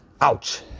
Ouch